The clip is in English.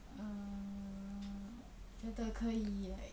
err 觉得可以